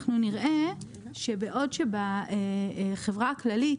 אנחנו נראה שבעוד שבחברה הכללית